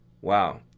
Wow